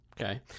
okay